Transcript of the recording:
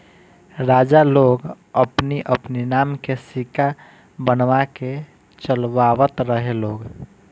राजा लोग अपनी अपनी नाम के सिक्का बनवा के चलवावत रहे लोग